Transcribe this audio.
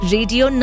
Radio